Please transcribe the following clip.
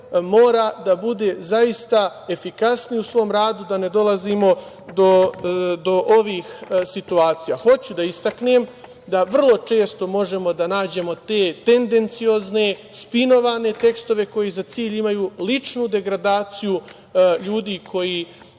mora da bude zaista efikasniji u svom radu, da ne dolazimo do ovih situacija. Hoću da istaknem da vrlo često možemo da nađemo te tendenciozne, spinovane tekstove koji za cilj imaju ličnu degradaciju ljudi koji